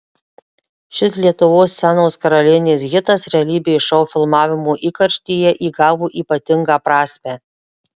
šis lietuvos scenos karalienės hitas realybės šou filmavimo įkarštyje įgavo ypatingą prasmę